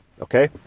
okay